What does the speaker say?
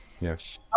Yes